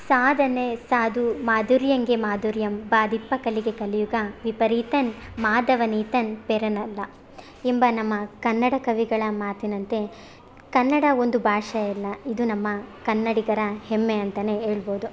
ಸಾಧನೆ ಸಾಧು ಮಾಧುರ್ಯಂಗೆ ಮಾಧುರ್ಯಮ್ ಬಾದಿಪ್ಪ ಕಲೆಗೆ ಕಲಿಯುಗ ವಿಪರೀತನ್ ಮಾಧವನೀತನ್ ಪೆರನಲ್ಲ ಎಂಬ ನಮ್ಮ ಕನ್ನಡ ಕವಿಗಳ ಮಾತಿನಂತೆ ಕನ್ನಡ ಒಂದು ಭಾಷೆಯಲ್ಲ ಇದು ನಮ್ಮ ಕನ್ನಡಿಗರ ಹೆಮ್ಮೆ ಅಂತ ಹೇಳ್ಬೋದು